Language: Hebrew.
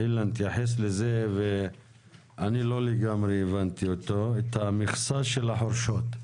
אני לא לגמרי הבנתי את אילן המכסה של החורשות.